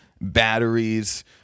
batteries